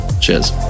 Cheers